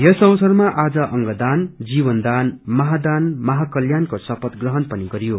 यस अवसरमा आज अंग दान जीवन दान महादान महाकल्याण्को शपथ ग्रहण पनि गरियो